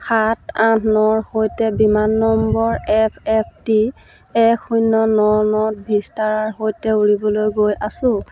সাত আঠ নৰ সৈতে বিমান নম্বৰ এফ এফ টি এক শূন্য ন নত ভিস্তাৰাৰ সৈতে উৰিবলৈ গৈ আছোঁ